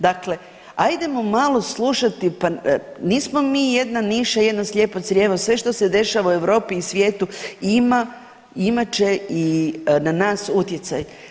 Dakle, ajdemo malo slušati pa nismo mi jedna niša, jedno slijepo crijevo, sve što se dešava u Europi i svijetu ima, imat će i na nas utjecaj.